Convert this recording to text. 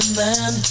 man